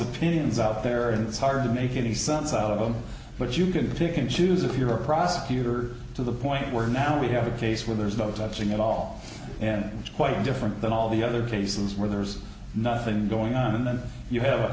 opinions out there and it's hard to make any sense out of it but you can pick and choose if you're a prosecutor to the point where now we have a case where there's no touching at all and quite different than all the other cases where there's nothing going on and then you have a